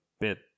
bit